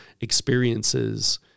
experiences